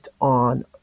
on